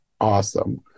awesome